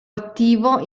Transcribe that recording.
attivo